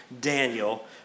Daniel